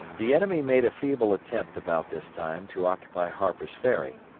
the enemy made a feeble attempt about this time to occupy harper's ferry,